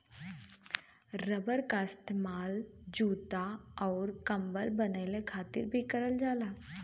rubber क इस्तेमाल जूता आउर कम्बल बनाये खातिर भी करल जाला